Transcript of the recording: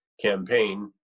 campaign